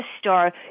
star